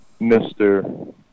Mr